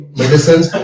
medicines